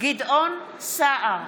גדעון סער,